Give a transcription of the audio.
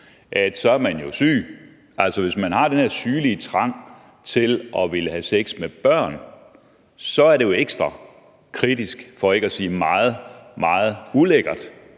at man er syg, hvis man har den her sygelige trang til at ville have sex med børn, og så er det ekstra kritisk, for ikke at sige meget, meget ulækkert,